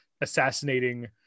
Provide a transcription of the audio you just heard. assassinating